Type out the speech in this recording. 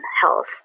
health